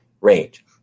range